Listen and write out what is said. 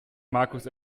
markus